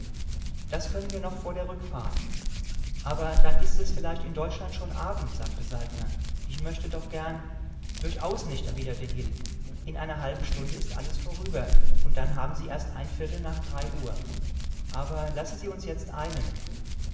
das können wir noch vor der rückfahrt aber dann ist es vielleicht in deutschland schon abend sagte saltner ich möchte doch gern durchaus nicht erwiderte hil in einer halben stunde ist alles vorüber und dann haben sie erst ein viertel nach drei uhr aber lassen sie uns jetzt eilen